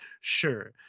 sure